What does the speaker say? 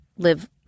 live